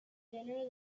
dinner